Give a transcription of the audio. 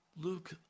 luke